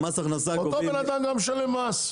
אותו בן אדם גם משלם מס,